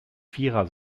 vierer